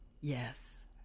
Yes